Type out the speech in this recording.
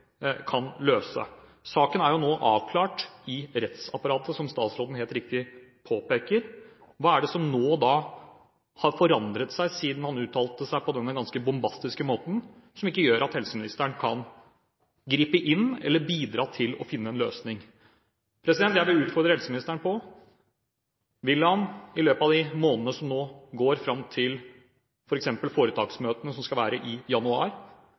kan løse. Saken er jo nå avklart i rettsapparatet, som statsråden helt riktig påpeker. Hva er det da som har forandret seg siden han uttalte seg på denne ganske bombastiske måten, som gjør at ikke helseministeren nå kan gripe inn eller bidra til å finne en løsning? Jeg vil utfordre helseministeren på om han, i løpet av de månedene som nå går fram til f.eks. foretaksmøtene som skal være i januar,